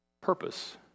purpose